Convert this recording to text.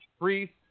Priest